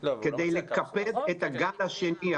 כדי לקפד את הגל השני,